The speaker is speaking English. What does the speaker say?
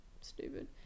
stupid